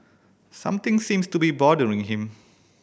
something seems to be bothering him